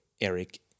Eric